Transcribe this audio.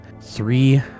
three